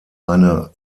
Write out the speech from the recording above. eine